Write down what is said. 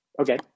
Okay